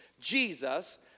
Jesus